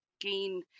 gain